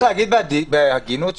סגן שר הבריאות קיש יתייחס לזה בהמשך.